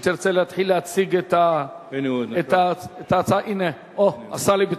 אם תרצה להתחיל להציג את ההצעה, הנה, הוא נכנס.